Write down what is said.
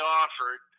offered